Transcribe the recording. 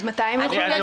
מתי הם יכולים לגשת?